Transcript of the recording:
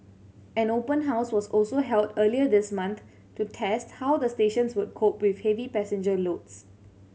an open house was also held earlier this month to test how the stations would cope with heavy passenger loads